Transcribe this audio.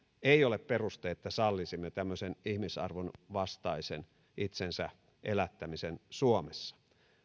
ei ole peruste että sallisimme tämmöisen ihmisarvonvastaisen itsensä elättämisen suomessa